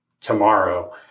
tomorrow